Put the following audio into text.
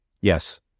Yes